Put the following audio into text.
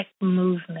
movement